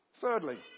Thirdly